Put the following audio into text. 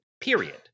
period